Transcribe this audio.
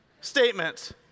statements